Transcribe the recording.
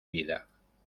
vida